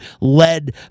led